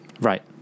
Right